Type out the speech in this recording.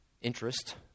interest